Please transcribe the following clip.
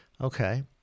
Okay